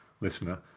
listener